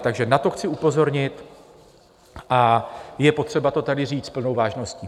Takže na to chci upozornit a je potřeba to tady říct s plnou vážností.